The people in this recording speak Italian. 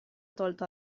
tolto